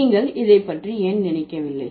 நீங்கள் இதை பற்றி ஏன் நினைக்கவில்லை